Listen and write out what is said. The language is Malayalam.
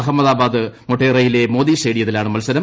അഹമ്മദാബാദ് മ്മൊട്ടേറയിലെ മോദി സ്റ്റേഡിയത്തിലാണ് മത്സരം